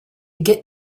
get